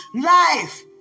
life